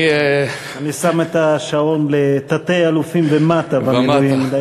אני שם את השעון לתת-אלופים ומטה במילואים.